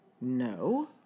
No